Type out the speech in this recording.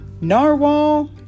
Narwhal